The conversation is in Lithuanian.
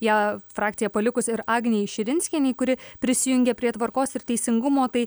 ją frakciją palikus ir agnei širinskienei kuri prisijungė prie tvarkos ir teisingumo tai